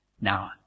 Now